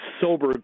sober